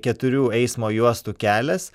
keturių eismo juostų kelias